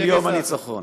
בטקס אחר של יום הניצחון.